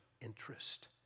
interest